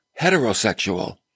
heterosexual